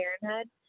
Parenthood